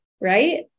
Right